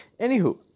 Anywho